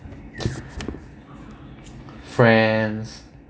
friends